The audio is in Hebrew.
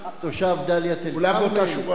תושב דאלית-אל-כרמל,